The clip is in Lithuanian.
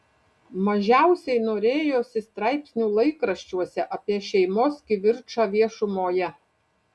mažiausiai norėjosi straipsnių laikraščiuose apie šeimos kivirčą viešumoje